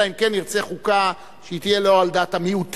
אלא אם כן נרצה חוקה שלא תהיה על דעת המיעוטים.